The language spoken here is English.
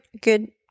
good